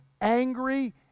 angry